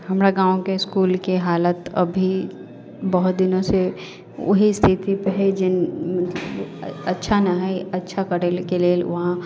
हमरा गाँवके इसकुलके हालत अभी बहुत दिनोसँ वही स्थितिपर है जिन अच्छा ने है अच्छा करैके लेल वहाँ